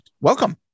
Welcome